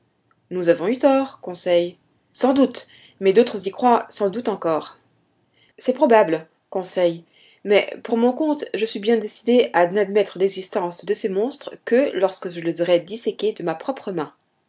nous avons eu tort conseil sans doute mais d'autres y croient sans doute encore c'est probable conseil mais pour mon compte je suis bien décidé à n'admettre l'existence de ces monstres que lorsque je les aurai disséqués de ma propre main